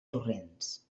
torrents